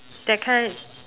that kind